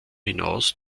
hinaus